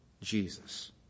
Jesus